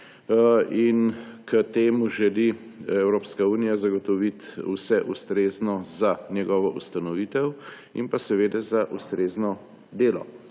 K temu želi Evropska unija zagotoviti vse ustrezno za njegovo ustanovitev in seveda za ustrezno delo.